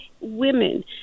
women